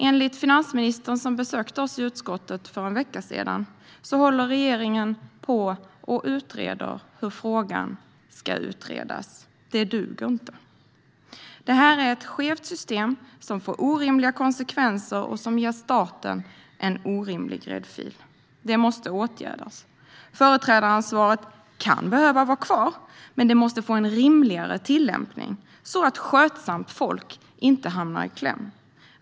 Enligt finansministern, som besökte oss i utskottet för en vecka sedan, håller regeringen på och utreder hur frågan ska utredas. Det duger inte. Det här är ett skevt system som får orimliga konsekvenser och som ger staten en orimlig gräddfil. Det måste åtgärdas. Företrädaransvaret kan behöva vara kvar, men det måste få en rimligare tillämpning så att skötsamt folk inte hamnar i kläm.